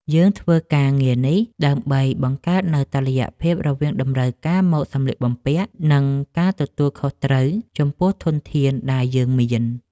យើងធ្វើការងារនេះដើម្បីបង្កើតនូវតុល្យភាពរវាងតម្រូវការម៉ូដសម្លៀកបំពាក់ និងការទទួលខុសត្រូវចំពោះធនធានដែលយើងមាន។